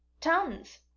Tons